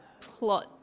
plot